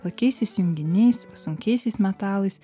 lakiaisiais junginiais sunkiaisiais metalais